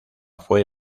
fue